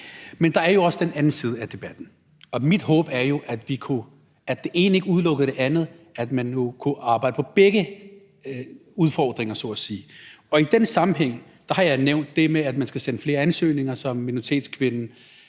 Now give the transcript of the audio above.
Men der er jo også den anden side af debatten, og mit håb er jo, at det ene ikke udelukker det andet, og at man må kunne arbejde på begge udfordringer så at sige. I den sammenhæng har jeg nævnt det med, at man skal sende flere ansøgninger som minoritetskvinde,